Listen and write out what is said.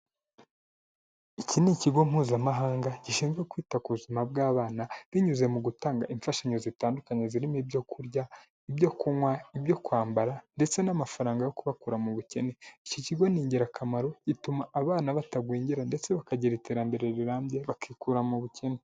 Iki ni ikigo mpuzamahanga gishinzwe kwita ku buzima bw'abana binyuze mu gutanga imfashanyo zitandukanye zirimo ibyo kurya ibyo kunywa ibyo kwambara ndetse n'amafaranga yo kubakura mu bukene. Iki kigo ni ingirakamaro gituma abana batagwingira ndetse bakagira iterambere rirambye bakikura mu bukene.